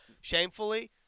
Shamefully